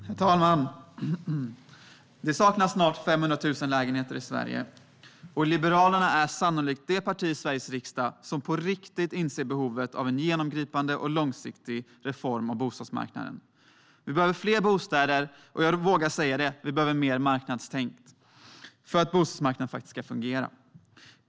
Herr talman! Det saknas snart 500 000 lägenheter i Sverige. Liberalerna är sannolikt det parti i Sveriges riksdag som på riktigt inser behovet av en genomgripande och långsiktig reform av bostadsmarknaden. Vi behöver fler bostäder, och jag vågar säga det: Vi behöver mer marknadstänk för att bostadsmarknaden ska fungera.